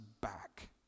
back